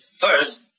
first